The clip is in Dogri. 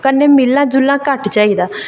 कन्नै मिलना जुलना घट्ट चाहिदा